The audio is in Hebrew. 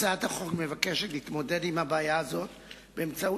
הצעת החוק מבקשת להתמודד עם הבעיה הזאת באמצעות